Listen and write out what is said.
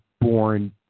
born